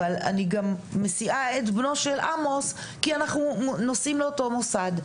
אבל גם מסיעה את בנו של עמוס כי אנחנו נוסעים לאותו מוסד.